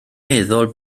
meddwl